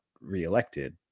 reelected